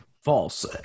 False